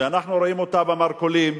שאנחנו רואים אותה במרכולים,